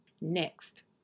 next